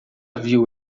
viu